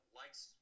likes